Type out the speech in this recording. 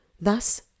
Thus